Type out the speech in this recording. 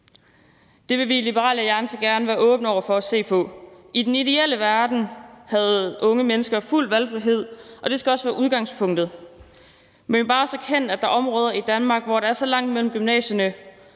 Det vil vi i Liberal Alliance gerne være åbne over for at se på. I den ideelle verden havde unge mennesker fuld valgfrihed, og det skal også være udgangspunktet. Men vi må bare også erkende, at der er områder i Danmark, hvor der er så langt mellem gymnasierne,